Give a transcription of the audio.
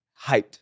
hyped